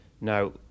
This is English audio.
Now